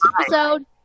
episode